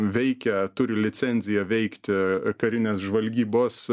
veikia turi licenziją veikti karinės žvalgybos